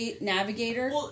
navigator